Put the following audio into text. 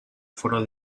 foro